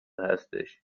هستش